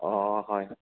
অঁ হয় হয়